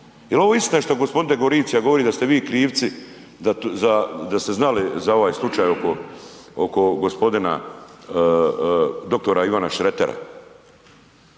jel ovo istina što g. Degoricija govori da ste vi krivci, da ste znali za ovaj slučaj oko g. dr. Ivana Šretera?